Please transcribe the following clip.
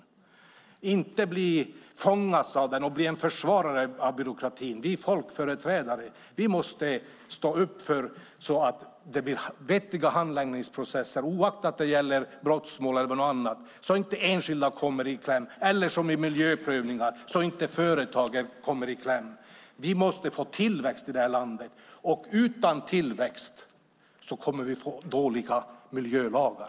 Vi ska inte fångas av byråkratin och försvara den. Vi är folkföreträdare och måste stå upp för vettiga handläggningsprocesser oavsett om det gäller brottmål eller annat så att inte enskilda eller, som i miljöprövningar, företag kommer i kläm. Vi måste få tillväxt. Utan tillväxt får vi dåliga miljölagar.